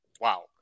Wow